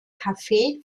kaffee